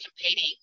competing